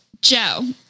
Joe